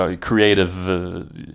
creative